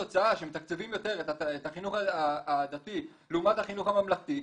התוצאה שמתקצבים יותר את החינוך הדתי לעומת החינוך הממלכתי,